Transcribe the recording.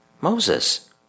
Moses